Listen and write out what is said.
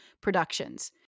Productions